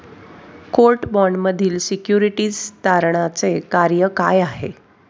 Court बाँडमधील securities तारणाचे कार्य काय आहे?